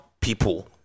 people